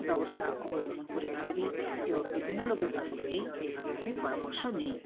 ব্যবস্থা অবলম্বন করে থাকি এবং বিভিন্ন লোকের কাছ থেকেই এইভাবে আমি পরামর্শ নিই